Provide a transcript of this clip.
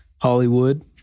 Hollywood